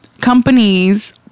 companies